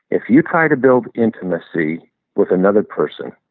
if you try to build intimacy with another person